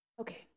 Okay